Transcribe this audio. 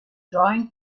drawing